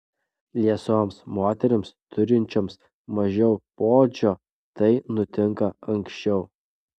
liesoms moterims turinčioms mažiau poodžio tai nutinka anksčiau